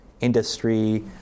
industry